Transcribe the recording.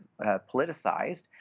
politicized